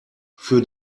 für